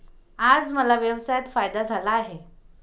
आज मला व्यवसायात फायदा झाला आहे